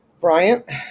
bryant